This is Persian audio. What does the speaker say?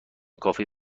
کافی